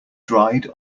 dried